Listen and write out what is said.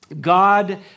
God